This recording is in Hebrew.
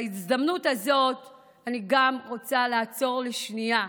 בהזדמנות הזאת אני גם רוצה לעצור לשנייה,